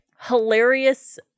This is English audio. hilarious